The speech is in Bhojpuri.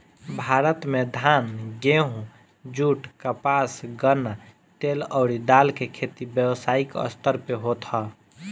भारत में धान, गेंहू, जुट, कपास, गन्ना, तेल अउरी दाल के खेती व्यावसायिक स्तर पे होत ह